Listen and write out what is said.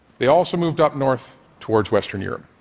they also moved up north towards western europe.